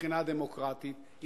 מבחינה דמוקרטית.